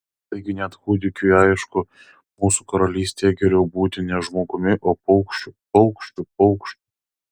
taigi net kūdikiui aišku mūsų karalystėje geriau būti ne žmogumi o paukščiu paukščiu paukščiu